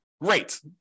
great